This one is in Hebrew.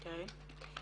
אוקיי.